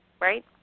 right